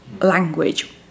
language